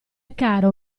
caro